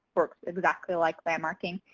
works exactly like landmarking.